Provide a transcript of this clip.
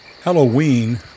Halloween